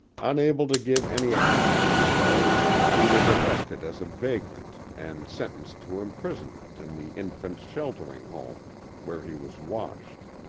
unable to give any account of himself he was arrested as a vagrant and sentenced to imprisonment in the infants' sheltering home where he was washed.